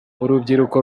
urubyiruko